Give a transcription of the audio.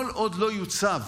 כל עוד לא יוצב